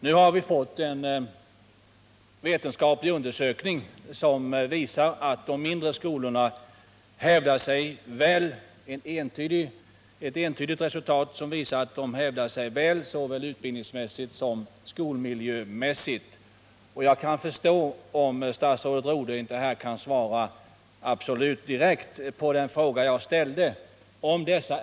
Nu har vi fått tillgång till en vetenskaplig undersökning, vars resultat entydigt visar att de mindre skolorna hävdar sig väl, såväl utbildningsmässigt som skolmiljömässigt. Jag kan förstå att statsrådet Rodhe inte kan svara direkt på den fråga jag ställde.